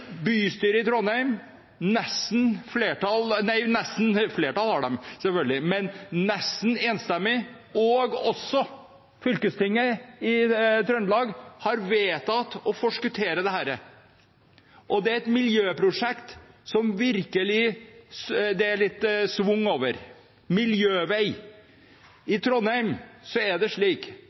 Bystyret i Trondheim har nesten enstemmig vedtatt det, og fylkestinget i Trøndelag har vedtatt å forskuttere dette. Det er et miljøprosjekt som det virkelig er litt schwung over – en miljøvei. I Trondheim er det slik